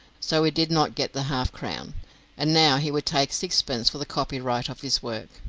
so he did not get the half-crown and now he would take sixpence for the copyright of his work.